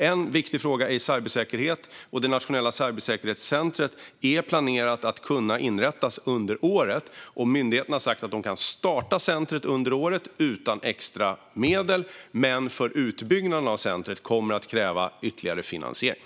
En viktig fråga är cybersäkerhet. Det nationella cybersäkerhetscentret är planerat att kunna inrättas under året, och myndigheten har sagt att de kan starta centret under året utan extra medel. Men utbyggnaden av centret kommer att kräva ytterligare finansiering.